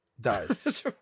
dies